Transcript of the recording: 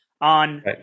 On